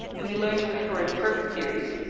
and we learn to prefer imperfect theories,